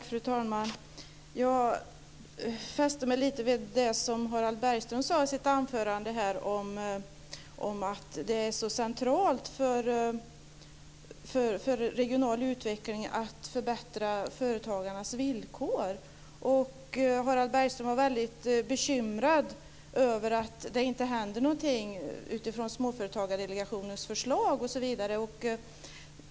Fru talman! Jag fäste mig lite vid det som Harald Bergström sade i sitt anförande om att det är så centralt för regional utveckling att förbättra företagarnas villkor. Harald Bergström var väldigt bekymrad över att det inte händer någonting utifrån Småföretagardelegationens förslag.